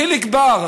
חיליק בר,